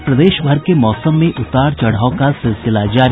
और प्रदेश भर के मौसम में उतार चढ़ाव का सिलसिला जारी